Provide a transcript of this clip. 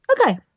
Okay